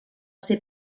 ser